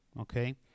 okay